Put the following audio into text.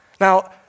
Now